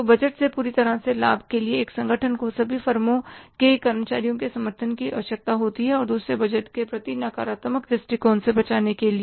तो बजट से पूरी तरह से लाभ के लिए एक संगठन को सभी फर्म के कर्मचारियों के समर्थन की आवश्यकता होती है और दूसरे बजट के प्रति नकारात्मक दृष्टिकोण से बचाने के लिए